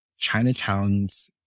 Chinatowns